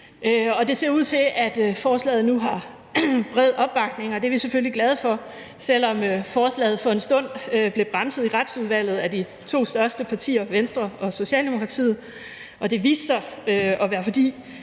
Det ser ud til, at forslaget nu har bred opbakning, og det er vi selvfølgelig glade for, selv om forslaget for en stund blev bremset i Retsudvalget af de to største partier, Venstre og Socialdemokratiet. Det viste sig at være, fordi